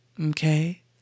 Okay